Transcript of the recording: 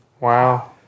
Wow